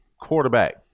quarterback